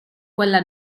quella